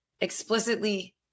explicitly